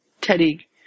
Teddy